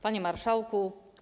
Panie Marszałku!